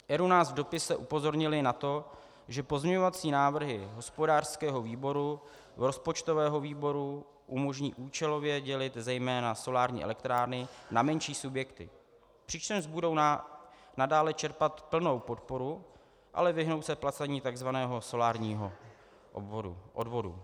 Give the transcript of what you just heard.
ERÚ nás v dopise upozornil na to, že pozměňovací návrhy hospodářského výboru, rozpočtového výboru, umožní účelově dělit zejména solární elektrárny na menší subjekty, přičemž budou nadále čerpat plnou podporu, ale vyhnou se placení takzvaného solárního odvodu.